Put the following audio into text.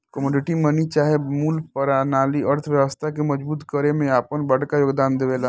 commodity money चाहे मूल परनाली अर्थव्यवस्था के मजबूत करे में आपन बड़का योगदान देवेला